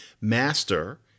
Master